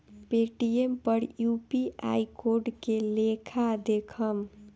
Paytm पर UPI code के लेखा देखम?